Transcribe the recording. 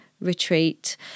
retreat